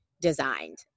designed